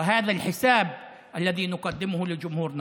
וזה החשבון שאנחנו מגישים לקהל שלנו.